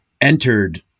entered